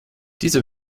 diese